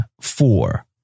four